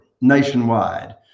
nationwide